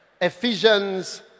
Ephesians